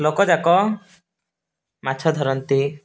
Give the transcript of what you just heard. ଲୋକଯାକ ମାଛ ଧରନ୍ତି